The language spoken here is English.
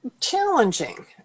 challenging